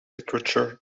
literature